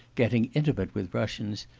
getting intimate with russians,